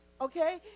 Okay